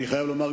אני חייב לומר,